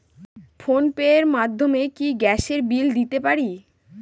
Phone pay র মাধ্যমে কি গ্যাসের বিল দিতে পারি?